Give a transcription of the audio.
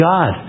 God